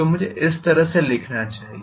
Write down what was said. तो मुझे इसे इस तरह से लिखना चाहिए